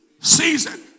season